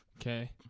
Okay